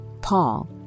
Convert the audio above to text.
Paul